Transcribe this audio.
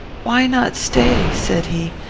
why not stay said he,